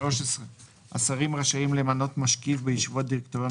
מינוי משקיף 13. השרים רשאים למנות משקיף בישיבות דירקטוריון